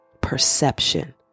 perception